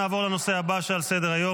נעבור לנושא הבא שעל סדר-היום,